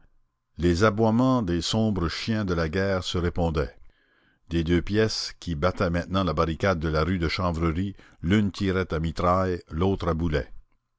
les aboiements des sombres chiens de la guerre se répondaient des deux pièces qui battaient maintenant la barricade de la rue de la chanvrerie l'une tirait à mitraille l'autre à boulet